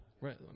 Right